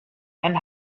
and